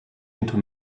into